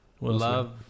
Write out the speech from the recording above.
Love